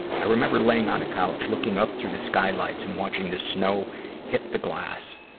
i remember laying on a couch, looking up through the skylights and watching the snow hit the glass,